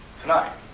tonight